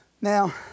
Now